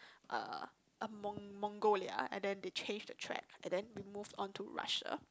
uh uh Mong~ Mongolia and then they change the track and then we move on to Russia